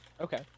Okay